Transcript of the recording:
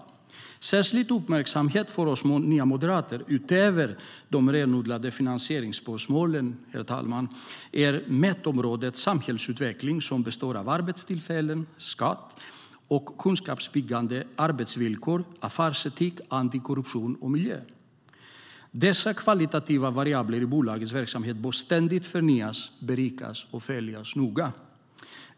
Något som är värt särskild uppmärksamhet för oss nya moderater, utöver de renodlade finansieringsspörsmålen, är mätområdet samhällsutveckling, som består av arbetstillfällen, skatt och kunskapsbyggande, arbetsvillkor, affärsetik, antikorruption och miljö. Dessa kvalitativa variabler i bolagets verksamhet bör ständigt förnyas, berikas och följas noga.